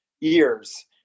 ears